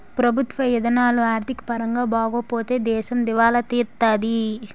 ప్రభుత్వ ఇధానాలు ఆర్థిక పరంగా బాగోపోతే దేశం దివాలా తీత్తాది